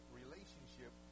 relationship